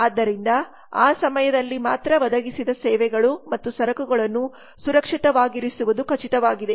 ಆದ್ದರಿಂದ ಆ ಸಮಯದಲ್ಲಿ ಮಾತ್ರ ಒದಗಿಸಿದ ಸೇವೆಗಳು ಮತ್ತು ಸರಕುಗಳನ್ನು ಸುರಕ್ಷಿತವಾಗಿರಿಸುವುದು ಖಚಿತವಾಗಿವೆ